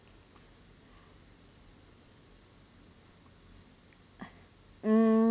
mm